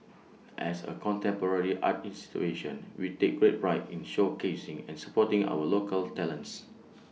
as A contemporary art institution we take great pride in showcasing and supporting our local talents